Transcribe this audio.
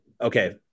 okay